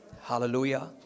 Hallelujah